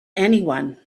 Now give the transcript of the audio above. anyone